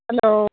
hello